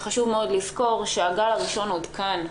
חשוב מאוד לזכור שהגל הראשון עוד כאן.